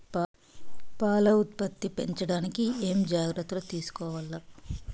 పాల ఉత్పత్తి పెంచడానికి ఏమేం జాగ్రత్తలు తీసుకోవల్ల?